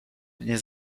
nie